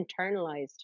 internalized